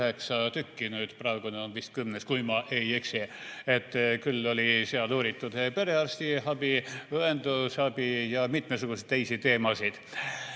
praegune on vist kümnes, kui ma ei eksi. Küll on seal uuritud meie perearstiabi, õendusabi ja mitmesuguseid teisi teemasid.